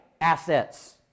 assets